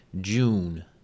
June